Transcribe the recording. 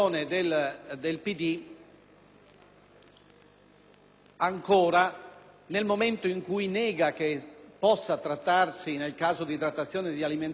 Democratico, nel momento in cui nega che possa trattarsi, nel caso di alimentazione e di idratazione, di trattamento